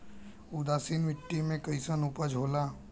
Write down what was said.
उदासीन मिट्टी में कईसन उपज होला?